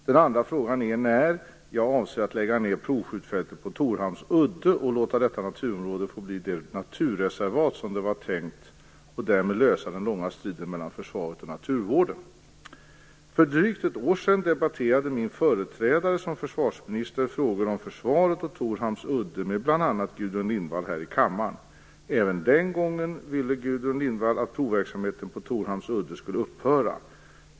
Den andra frågan är när jag avser att lägga ned provskjutfältet på Torhamns udde och låta detta naturområde få bli det naturreservat som det var tänkt och därmed lösa den långa striden mellan försvaret och naturvården. För drygt ett år sedan debatterade min företrädare som försvarsminister frågor om försvaret och Torhamns udde med bl.a. Gudrun Lindvall här i kammaren. Även den gången ville Gudrun Lindvall att provverksamheten på Torhamns udde skulle upphöra.